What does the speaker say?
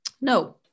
No